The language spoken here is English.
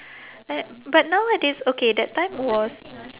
but but nowadays okay that time it was